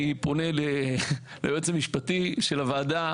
אני פונה ליועץ המשפטי של הוועדה.